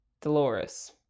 Dolores